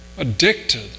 addicted